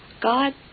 God